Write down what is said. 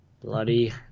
Bloody